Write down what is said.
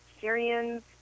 Syrians